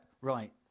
Right